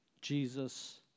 Jesus